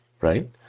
right